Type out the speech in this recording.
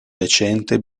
decente